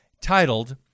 titled